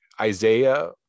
Isaiah